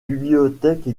bibliothèque